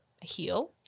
heal